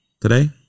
today